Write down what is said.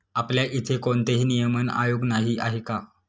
आपल्या इथे कोणतेही नियमन आयोग नाही आहे का?